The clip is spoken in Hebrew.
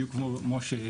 בדיוק כמו שהקראת,